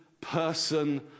person